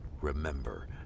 Remember